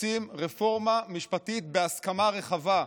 רוצים רפורמה משפטית בהסכמה רחבה.